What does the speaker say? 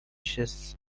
chests